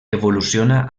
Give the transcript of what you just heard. evoluciona